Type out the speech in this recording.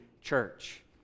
church